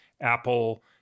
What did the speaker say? Apple